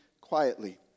quietly